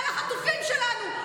על החטופים שלנו,